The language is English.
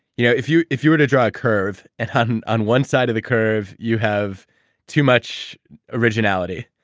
you know if you if you were to draw a curve, and on on one side of the curve you have too much originality,